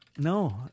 No